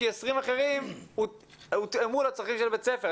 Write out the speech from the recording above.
כי 20 אחרים הותאמו לצרכים של בית הספר.